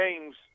games